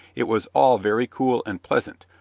it was all very cool and pleasant,